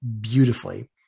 beautifully